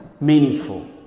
meaningful